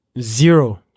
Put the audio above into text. Zero